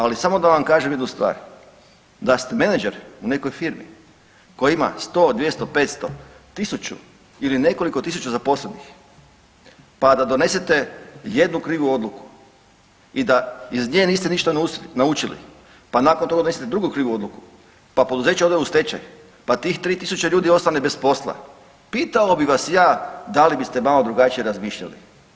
Ali samo da vam kažem jednu stvar, da ste menadžer u nekoj firmi koja ima 100, 200, 500, 1000 ili nekoliko tisuća zaposlenih, pa da donesete jednu krivu odluku i da iz nje niste ništa naučili, pa nakon toga donesete drugu krivu odluku, pa poduzeće ode u stečaj, pa tih 3000 ljudi ostane bez posla, pitao bi vas ja da li biste malo drugačije razmišljali.